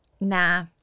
Nah